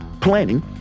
planning